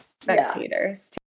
spectators